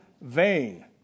vain